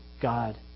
God